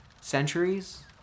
Centuries